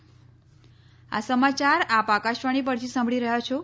corona appeal આ સમાચાર આપ આકાશવાણી પરથી સાંભળી રહ્યા છો